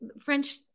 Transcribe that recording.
French